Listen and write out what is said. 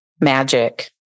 magic